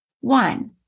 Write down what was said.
one